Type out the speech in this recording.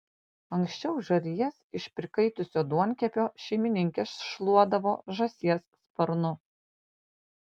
anksčiau žarijas iš prikaitusio duonkepio šeimininkės šluodavo žąsies sparnu